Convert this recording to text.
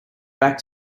back